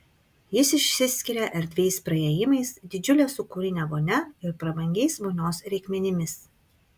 jis išsiskiria erdviais praėjimais didžiule sūkurine vonia ir prabangiais vonios reikmenimis